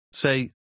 Say